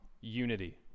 unity